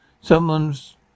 someone's